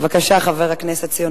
בבקשה, חבר הכנסת ציון פיניאן.